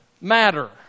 matter